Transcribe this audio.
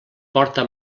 porta